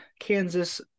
Kansas